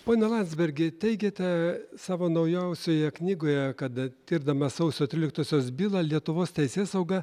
pone landsbergi teigiate savo naujausioje knygoje kada tirdama sausio tryliktosios bylą lietuvos teisėsauga